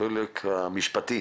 החלק המשפטי